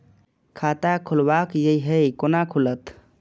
खाता खोलवाक यै है कोना खुलत?